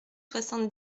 soixante